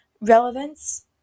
relevance